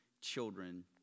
children